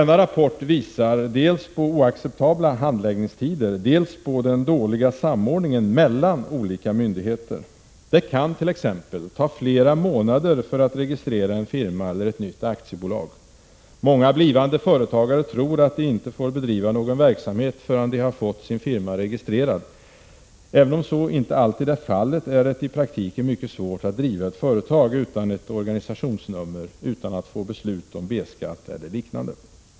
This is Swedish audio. Rapporten visar dels på oacceptabla handläggningstider, dels på den dåliga samordningen mellan olika myndigheter. Det kan t.ex. ta flera månader att registrera en firma eller ett nytt aktiebolag. Många blivande företagare tror att de inte får bedriva någon verksamhet förrän de-har fått sin firma registrerad. Även om så inte alltid är fallet är det i praktiken mycket svårt att driva ett företag utan ett organisationsnummer, utan att ha fått beslut om B-skatt eller liknande.